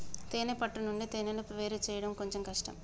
తేనే పట్టు నుండి తేనెను వేరుచేయడం కొంచెం కష్టం